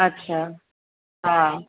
अच्छा हा